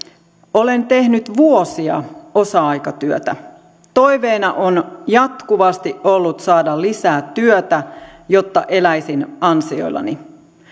olen tehnyt vuosia osa aikatyötä toiveena on jatkuvasti ollut saada lisää työtä jotta eläisin ansioillani